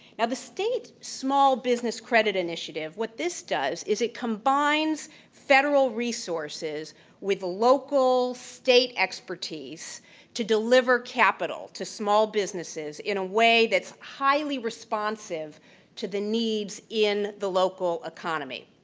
now, the state small business credit initiative, what this does is it combines federal resources with local state expertise to deliver capital to small businesses in a way that's highly responsive to the needs in the local economy.